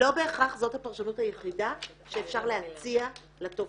לא בהכרח זאת הפרשנות היחידה שאפשר להציע לתופעה.